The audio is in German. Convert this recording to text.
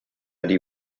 die